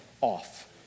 off